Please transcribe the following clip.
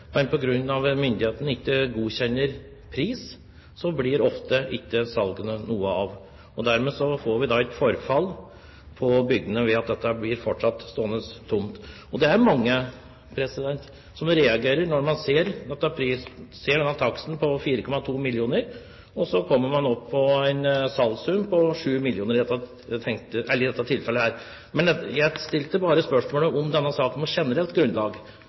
Men på grunn av at myndighetene ikke godkjenner pris, blir det ofte ikke noe av salgene. Dermed får vi et forfall på bygdene ved at disse fortsatt blir stående tomme. Det er mange som reagerer når man ser at man med en takst på 4,2 mill. kr, kommer opp i en salgssum på 7 mill. kr., som i dette tilfellet her. Men jeg stilte bare spørsmål om denne saken på generelt grunnlag.